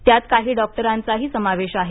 त्यात काही डॉक्टरांचाही समावेश आहे